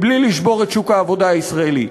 בלי לשבור את שוק העבודה הישראלי.